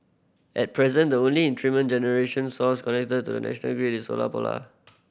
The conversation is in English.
at present the only generation source connected to the national grid is solar power